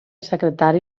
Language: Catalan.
secretari